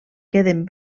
queden